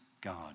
God